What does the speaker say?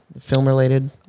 Film-related